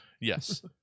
Yes